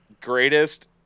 Greatest